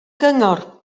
gyngor